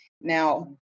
Now